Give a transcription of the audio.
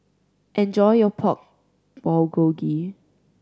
enjoy your Pork Bulgogi